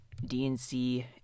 DNC